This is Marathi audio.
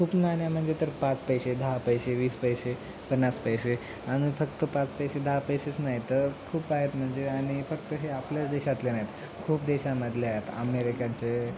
खूप नाण्या म्हणजे तर पाच पैसे दहा पैसे वीस पैसे पन्नास पैसे आणि फक्त पाच पैसे दहा पैसेच नाही तर खूप आहेत म्हणजे आणि फक्त हे आपल्याच देशातले नाहीत खूप देशामधले आहेत अमेरिकाचे